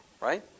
Right